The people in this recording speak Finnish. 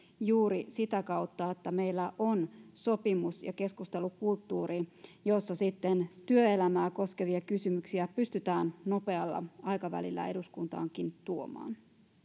juuri sitä kautta että meillä on sopimis ja keskustelukulttuuri jossa työelämää koskevia kysymyksiä pystytään nopealla aikavälillä eduskuntaankin tuomaan